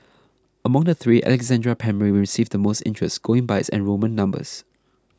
among the three Alexandra Primary received the most interest going by its enrolment numbers